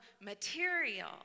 material